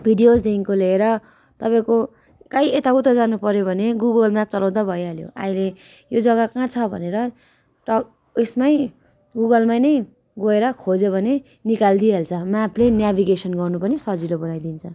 भिडियोजदेखिको लिएर तपाईँको कहीँ यता उता जानुपऱ्यो भने गुगल म्याप चलाउँदा भइहाल्यो अहिले यो जग्गा कहाँ छ भनेर टक उइसमै गुगलमा नै गएर खोज्यो भने निकालिदिइहाल्छ म्यापले न्याभिगेसन गर्नु पनि सजिलो बनाइदिन्छ